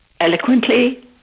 eloquently